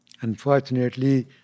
Unfortunately